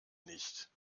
nicht